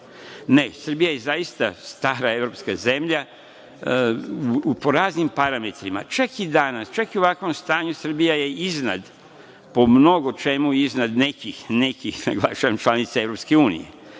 gde. Ne, Srbija je zaista stara evropska zemlja. Po raznim parametrima, čak i danas, čak i u ovakvom stanju Srbija je iznad po mnogo čemu, iznad nekih, naglašavam, članica EU. Problem je